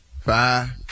Five